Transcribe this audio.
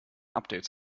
updates